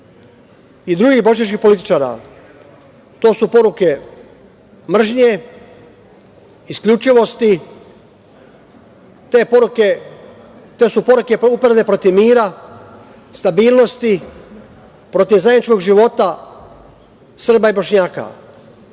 i drugih bošnjačkih političara? To su poruke mržnje, isključivosti, te su poruke uperene protiv mira, stabilnosti, protiv zajedničkog života Srba i Bošnjaka.